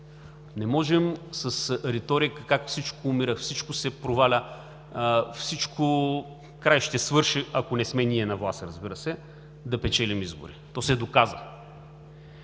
Не можем с риторика – как всичко умира, всичко се проваля, всичко – край, ще свърши, ако не сме ние на власт, разбира се, да печелим избори. То се доказа.